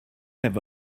have